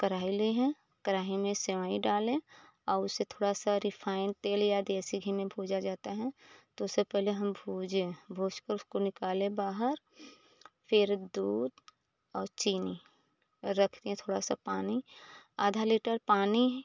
कराही लिहे कराही में सेवई डाले और उसे थोड़ा सा रिफाइन तेल या देशी घी में भूजा जाता है तो उसे पहले हम भूजे भूज के उसको निकाले बाहर फिर दूध और चीनी रख दिए थोड़ा सा पानी आधा लीटर पानी